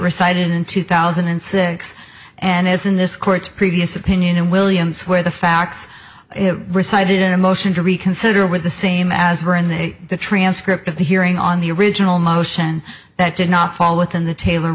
recited in two thousand and six and is in this court's previous opinion and williams where the facts were cited in a motion to reconsider with the same as were in the transcript of the hearing on the original motion that did not fall within the taylor